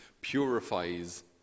purifies